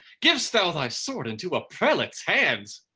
giv'st thou thy sword into a prelate's hands?